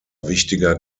wichtiger